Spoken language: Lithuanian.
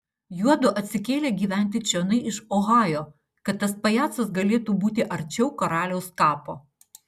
juodu atsikėlė gyventi čionai iš ohajo kad tas pajacas galėtų būti arčiau karaliaus kapo